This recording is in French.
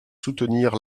soutenir